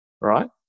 right